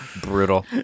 Brutal